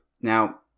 Now